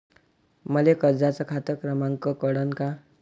मले कर्जाचा खात क्रमांक कळन का?